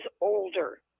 older